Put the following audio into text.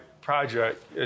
project